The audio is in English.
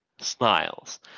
smiles